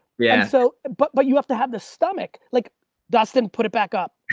yeah. and so, but but you have to have the stomach, like dustin put it back up.